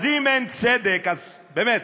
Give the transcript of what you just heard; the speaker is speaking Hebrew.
אז אם אין צדק, אז באמת.